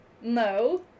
No